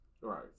Right